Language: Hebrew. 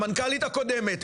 המנכ"לית הקודמת,